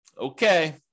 Okay